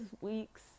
week's